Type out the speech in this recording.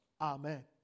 Amen